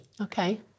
Okay